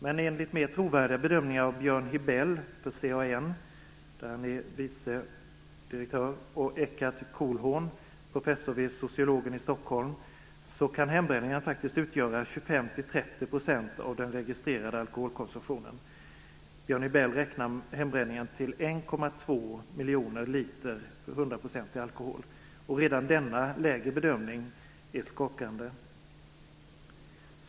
Men enligt mer trovärdiga beräkningar av vice direktör Björn Hibell från CAN och Eckart Kühlhorn, professor vid samhällsvetenskapliga institutionen i Stockholm, kan hembränningen faktiskt utgöra 25 100-procentig alkohol. Redan med denna lägre bedömning är det skakande.